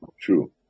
True